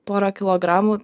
porą kilogramų